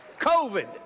COVID